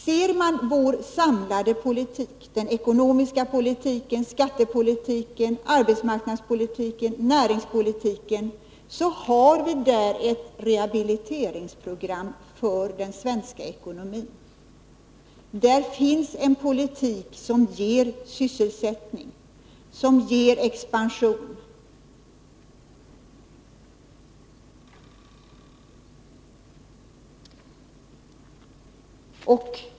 Ser man på vår samlade politik — den ekonomiska politiken, skattepolitiken, arbetsmarknadspolitiken och näringspolitiken — finner man att vi där har ett rehabiliteringsprogram för den svenska ekonomin. Där finns en politik som ger sysselsättning, som ger expansion.